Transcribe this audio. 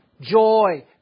joy